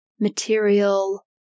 material